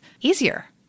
easier